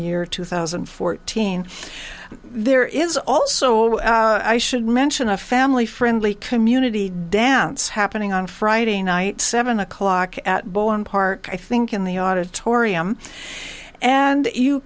and fourteen there is also i should mention a family friendly community dance happening on friday night seven o'clock at bowen park i think in the auditorium and you